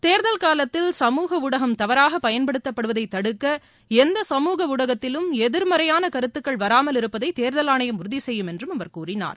தேர்தல் காலத்தில் சமூக ஊடகம் தவறாகப் பயன்படுத்தப்படுவதைத் தடுக்க எந்த சமூக ஊடகத்திலும் எதிர்மறையான கருத்துகள் வராமல் இருப்பதை தேர்தல் ஆணையம் உறுதி செய்யும் என்றும் அவர் கூறினார்